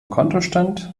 kontostand